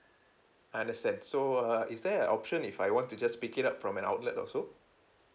I understand so uh is there a option if I want to just pick it up from an outlet also